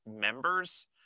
members